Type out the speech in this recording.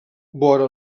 vora